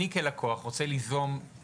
אני, כלקוח, רוצה ליזום תשלום.